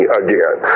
again